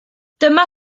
dyma